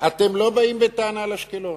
אתם לא באים בטענה על אשקלון,